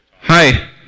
Hi